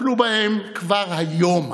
טפלו בהם כבר היום.